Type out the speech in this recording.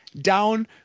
down